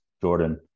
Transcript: Jordan